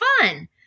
fun